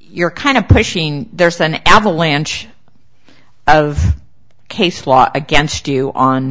you're kind of pushing there's an avalanche of case law against you on